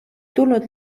tulnud